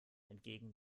entgegen